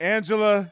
Angela